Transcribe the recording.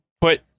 put